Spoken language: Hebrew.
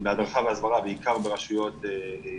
במקרה ראינו הבוקר אני כבר נחשפתי אליו אתמול בערב דוח